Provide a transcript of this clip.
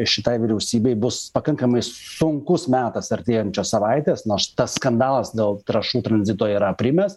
šitai vyriausybei bus pakankamai sunkus metas artėjančios savaitės nors tas skandalas dėl trąšų tranzito yra aprimęs